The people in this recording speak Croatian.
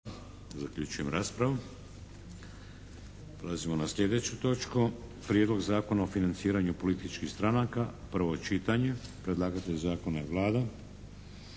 Vladimir (HDZ)** Prelazimo na sljedeću točku: - Prijedlog zakona o financiranju političkih stranaka, prvo čitanje, P.Z. br. 555 Predlagatelj Zakona je Vlada.